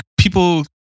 People